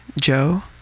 Joe